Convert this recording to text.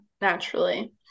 Naturally